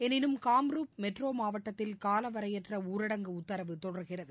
எனினும் கம்ருப் மெட்ரோ மாவட்டத்தில் காலவரையற்ற ஊரடங்கு உத்தரவு தொடர்கிறது